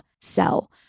sell